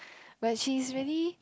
but she is really